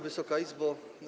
Wysoka Izbo!